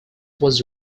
was